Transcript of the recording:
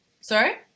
Sorry